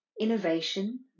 innovation